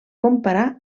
comparar